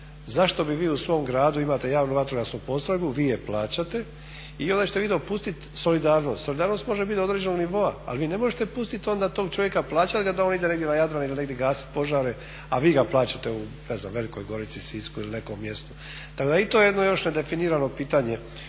zašto bi vi u svom gradu, imate javnu vatrogasnu postrojbu, vi je plaćate, i onda ćete vi dopustiti solidarnost. Solidarnost može biti do određenog nivoa ali vi ne možete pustiti onda tog čovjeka, plaćati ga, da on ide negdje na Jadran ili negdje gasiti požare a vi ga plaćate u ne znam u Velikoj Gorici, Sisku ili nekom mjestu. Tako da je i to jedno još nedefinirano pitanje